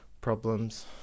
problems